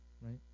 right